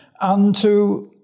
unto